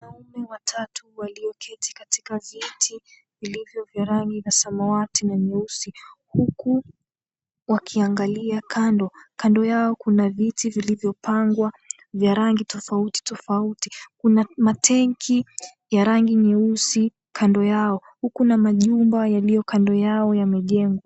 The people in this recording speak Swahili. Wanaume watatu walioketi katika viti vilivyo vya rangi ya samawati na nyeusi huku wakiangalia kando. Kando yao kuna viti vilivyopangwa vya rangi tofauti tofauti. Kuna matenki ya rangi nyeusi kando yao, huku na majumba yaliyo kando yao yamejengwa.